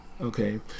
okay